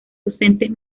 docentes